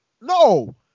No